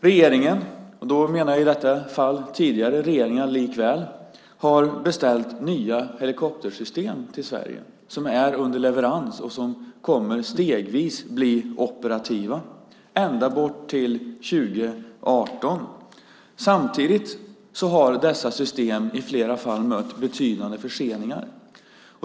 Regeringen, och då menar jag i detta fall även tidigare regeringar, har beställt nya helikoptersystem till Sverige. Dessa är under leverans och kommer stegvis, ända till 2018, att bli operativa. Samtidigt har dessa system i flera fall mött betydande förseningar.